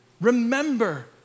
Remember